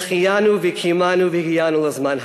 "שהחיינו וקיימנו והגיענו לזמן הזה".